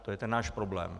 To je ten náš problém.